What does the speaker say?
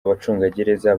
abacungagereza